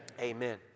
Amen